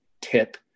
tip